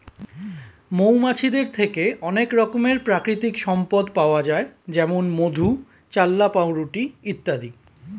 মৌমাছিদের থেকে অনেক রকমের প্রাকৃতিক সম্পদ পাওয়া যায় যেমন মধু, চাল্লাহ্ পাউরুটি ইত্যাদি